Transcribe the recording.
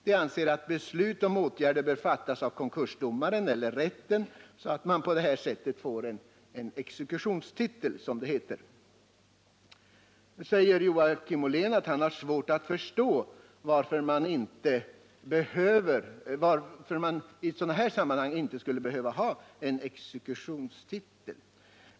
De anser att beslut om åtgärder bör fattas av konkursdomaren eller rätten, så att man på så sätt får en exekutionstitel, som det heter. Då säger Joakim Ollén att han har svårt att förstå varför man i sådana här sammanhang inte skulle behöva ha en exekutionstitel.